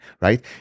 right